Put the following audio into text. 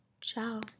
Ciao